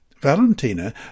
Valentina